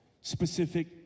specific